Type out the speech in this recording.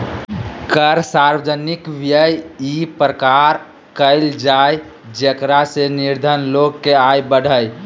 कर सार्वजनिक व्यय इ प्रकार कयल जाय जेकरा से निर्धन लोग के आय बढ़य